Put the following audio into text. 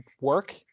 work